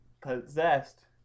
possessed